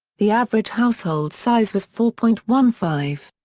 the average household size was four point one five.